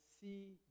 see